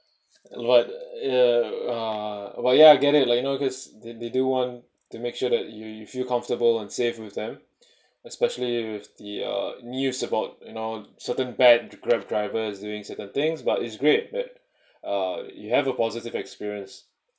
like uh ah why ya I get it like you know because they do want to make sure that you you feel comfortable and safe with them especially with the uh news about you know certain bad Grab drivers doing certain things but it's great that uh you have a positive experience